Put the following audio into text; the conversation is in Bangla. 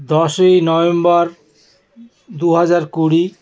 দশই নভেম্বর দুহাজার কুড়ি